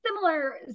similar